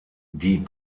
die